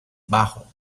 bajo